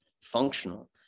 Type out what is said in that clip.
functional